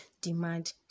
demand